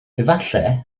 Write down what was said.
efallai